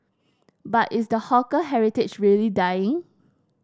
but is the hawker heritage really dying